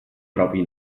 propri